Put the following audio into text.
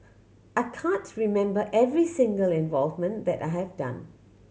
I can't remember every single involvement that I have done